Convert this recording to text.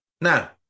Now